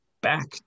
back